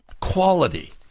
quality